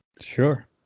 Sure